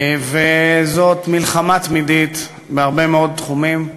זאת מלחמה תמידית בהרבה מאוד תחומים,